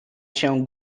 się